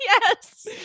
Yes